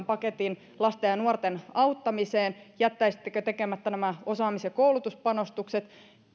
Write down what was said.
paketin lasten ja nuorten auttamiseen jättäisittekö tekemättä nämä osaamis ja koulutuspanostukset